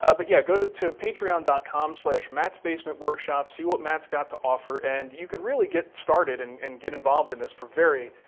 ah but yeah, go to to patreon and com so mattsbasementworkshop, see what matt's got to offer and you could really get started and and get involved in this for very,